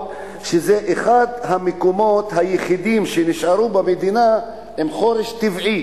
שהוא אחד המקומות היחידים עם חורש טבעי